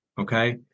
Okay